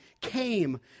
came